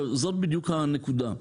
זו בדיוק הנקודה: